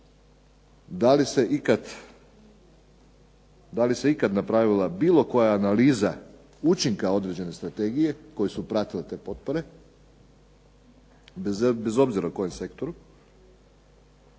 da li se ikada napravila bilo koja analiza učinka određene strategije koju su pratile te potpore bez obzira u kom sektoru.